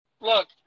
Look